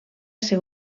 ser